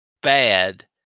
bad